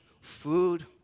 food